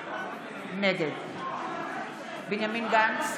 אינה נוכחת איתן גינזבורג, נגד יואב גלנט,